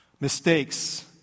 Mistakes